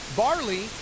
barley